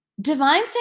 divine